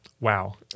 Wow